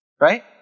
right